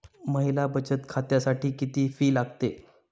महिला बचत खात्यासाठी किती फी लागते?